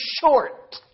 short